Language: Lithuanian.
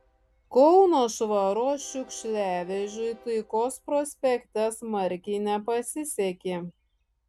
kauno švaros šiukšliavežiui taikos prospekte smarkiai nepasisekė